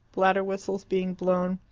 bladder whistles being blown,